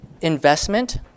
investment